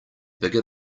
bigger